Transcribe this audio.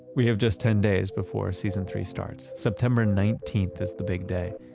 we have just ten days before season three starts. september nineteenth is the big day.